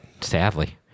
sadly